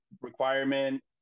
requirement